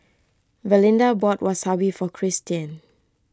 Valinda bought Wasabi for Cristian